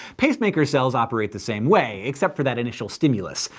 pacemaker cells operate the same way, except for that initial stimulus.